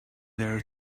there